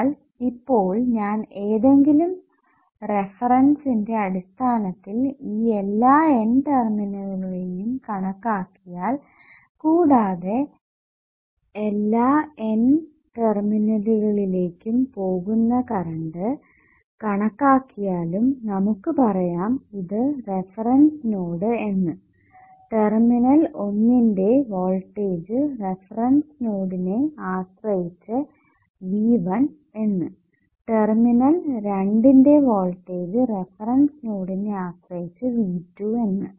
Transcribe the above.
എന്നാൽ ഇപ്പോൾ ഞാൻ ഏതെങ്കിലും റെഫെറെൻസിന്റെ അടിസ്ഥാനത്തിൽ ഈ എല്ലാ N ടെർമിനലുകളിലേക്കും കണക്കാക്കിയാൽ കൂടാതെ എല്ലാ N ടെർമിനലുകളിലേക്കും പോകുന്ന കറണ്ട് കണക്കാക്കിയാലും നമുക് പറയാം ഇത് റഫറൻസ് നോഡ് എന്ന് ടെർമിനൽ 1 ന്റെ വോൾടേജ് റഫറൻസ് നോഡിനെ ആശ്രയിച്ചു V1 എന്ന് ടെർമിനൽ 2 ന്റെ വോൾടേജ് റഫറൻസ് നോഡിനെ ആശ്രയിച്ചു V2 എന്ന്